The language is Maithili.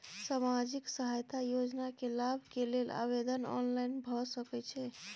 सामाजिक सहायता योजना के लाभ के लेल आवेदन ऑनलाइन भ सकै छै?